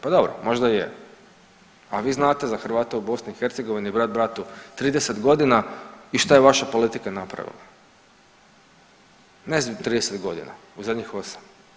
Pa dobro, možda i je, a vi znate za Hrvate u BiH brat bratu 30 godina i šta je vaša politika napravila, ne za 30 godina u zadnjih osam?